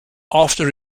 after